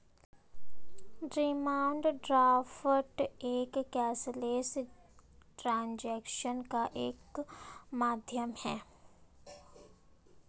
demand draft एक cashless transaction का एक माध्यम है